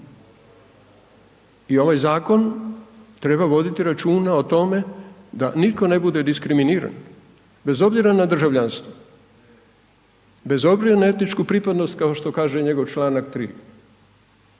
I ovaj zakon, treba voditi računa o tome, da nitko ne bude diskriminiran, bez obzira na državljanstvo, bez obzira na etičku pripadnost, kao što kaže njegov članak 3.